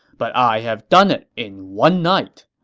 but i have done it in one night.